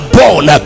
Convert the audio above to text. born